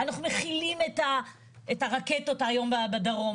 אנחנו מכילים את הרקטות היום בדרום,